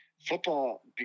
football